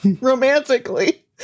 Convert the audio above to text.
romantically